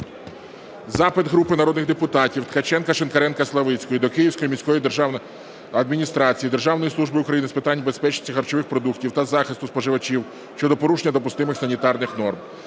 Запит групи народних депутатів (Ткаченка, Шинкаренка, Славицької) до Київської міської державної адміністрації, Державної служби України з питань безпечності харчових продуктів та захисту споживачів щодо порушення допустимих санітарних норм.